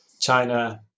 China